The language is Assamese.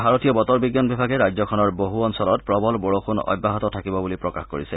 ভাৰতীয় বতৰ বিজ্ঞান বিভাগে ৰাজ্যখনৰ বহু অঞ্চলত প্ৰবল বৰষুণ অব্যাহত থাকিব বুলি প্ৰকাশ কৰিছে